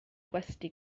gwesty